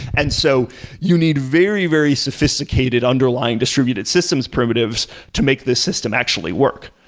and so you need very, very sophisticated underlying distributed systems primitives to make this system actually work,